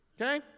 okay